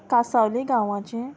कासावलीं गांवांचे